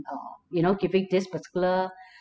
uh you know giving this particular